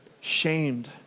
shamed